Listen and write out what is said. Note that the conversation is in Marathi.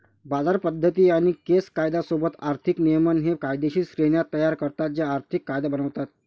बाजार पद्धती आणि केस कायदा सोबत आर्थिक नियमन हे कायदेशीर श्रेण्या तयार करतात जे आर्थिक कायदा बनवतात